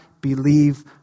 believe